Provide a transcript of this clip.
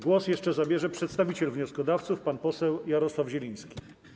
Głos jeszcze zabierze przedstawiciel wnioskodawców pan poseł Jarosław Zieliński.